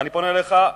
ואני פונה אליך,